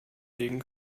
legen